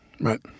Right